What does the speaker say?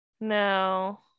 No